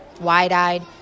wide-eyed